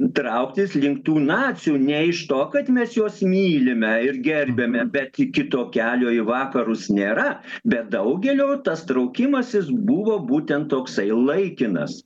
trauktis link tų nacių ne iš to kad mes juos mylime ir gerbiame bet kito kelio į vakarus nėra bet daugelio tas traukimasis buvo būtent toksai laikinas